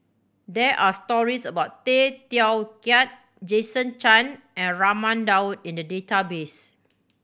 there are stories about Tay Teow Kiat Jason Chan and Raman Daud in the database